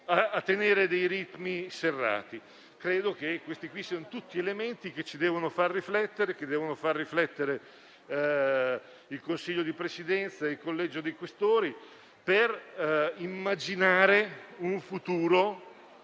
a tenere ritmi serrati. Credo che questi siano tutti elementi che devono far riflettere noi, il Consiglio di Presidenza e il Collegio dei Questori per immaginare un futuro